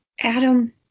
Adam